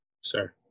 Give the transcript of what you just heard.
Sir